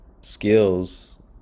skills